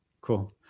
Cool